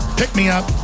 pick-me-up